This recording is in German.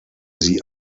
sie